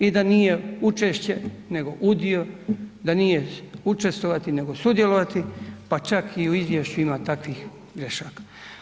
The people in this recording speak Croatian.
I da nije učešće nego udio, da nije učestvovati nego sudjelovati, pa čak i u izvješću ima takvih grešaka.